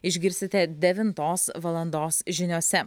išgirsite devintos valandos žiniose